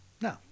No